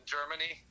Germany